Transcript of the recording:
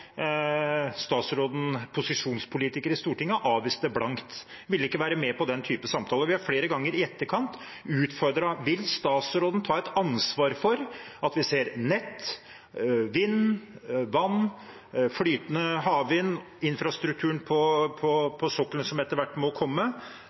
statsråden posisjonspolitiker i Stortinget og avviste det blankt. Hun ville ikke være med på den typen samtaler. Vi har flere ganger i etterkant utfordret på om statsråden vil ta et ansvar for at vi ser nett, vind, vann, flytende havvind, infrastrukturen på